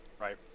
right